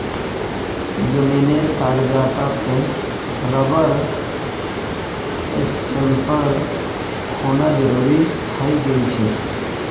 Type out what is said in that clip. जमीनेर कागजातत रबर स्टैंपेर होना जरूरी हइ गेल छेक